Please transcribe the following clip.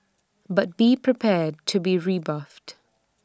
but be prepared to be rebuffed